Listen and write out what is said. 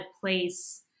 place